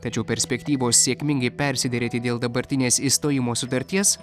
tačiau perspektyvos sėkmingai persiderėti dėl dabartinės išstojimo sutarties